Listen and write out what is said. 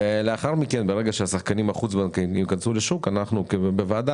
וברגע שהשחקנים החוץ בנקאיים ייכנסו לשוק אנחנו בוועדה